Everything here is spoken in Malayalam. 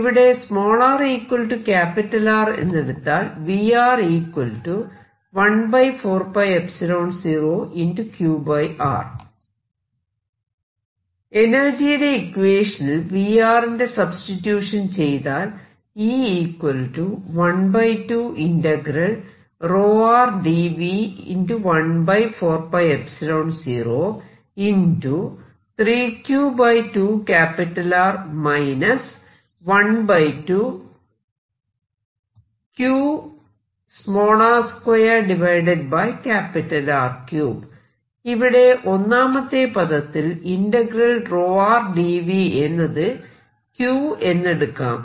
ഇവിടെ r R എന്നെടുത്താൽ എനർജിയുടെ ഇക്വേഷനിൽ V ന്റെ സബ്സ്റ്റിട്യൂഷൻ ചെയ്താൽ ഇവിടെ ഒന്നാമത്തെ പദത്തിൽ dV എന്നത് Q എന്നെടുക്കാം